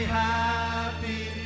happy